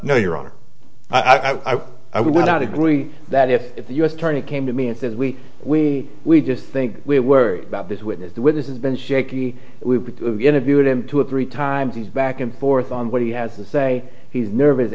know your honor i i i would not agree that if the u s attorney came to me and says we we we just think we're worried about this witness the witnesses been shaky we've interviewed him two or three times he's back and forth on what he has to say he's nervous